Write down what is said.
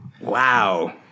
Wow